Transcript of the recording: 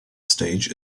stage